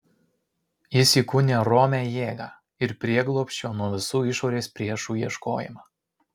jis įkūnija romią jėgą ir prieglobsčio nuo visų išorės priešų ieškojimą